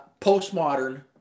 postmodern